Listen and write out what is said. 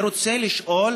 אני רוצה לשאול: